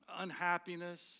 unhappiness